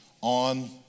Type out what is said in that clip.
on